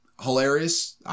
hilarious